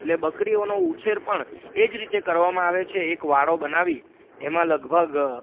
એટલે બકરીઓનો ઉછેર પણ એ જ રીતે કરવામાં આવે છે એક વાડો બનાવી એમાં લગભગ